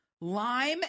lime